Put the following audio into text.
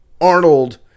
Arnold